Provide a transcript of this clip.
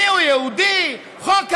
בבקשה: מיהו יהודי, חוק המרכולים,